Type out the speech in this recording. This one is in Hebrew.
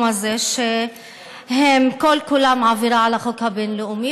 הזה שהם כל-כולם עבירה על החוק הבין-לאומי.